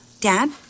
Dad